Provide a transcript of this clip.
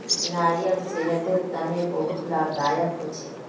नारियाल सेहतेर तने बहुत लाभदायक होछे